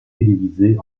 télévisées